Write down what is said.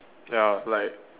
ya like